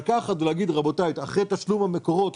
להגיד שאחרי תשלום המקורות,